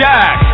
Jack